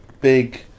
big